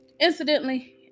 incidentally